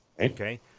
Okay